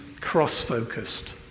cross-focused